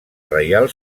reial